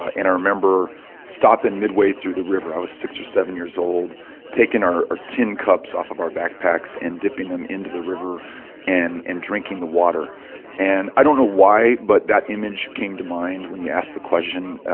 ah and i remember stopping midway through the river i was six or seven years old taking our tin cups off of our backpacks and dipping them into the river and and drinking the water and i don't know why, but that image came to mind when you asked the question.